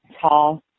tall